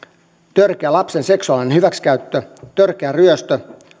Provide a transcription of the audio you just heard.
törkeä lapsen seksuaalinen hyväksikäyttö törkeä ryöstö